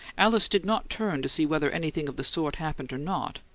alice did not turn to see whether anything of the sort happened or not,